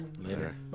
Later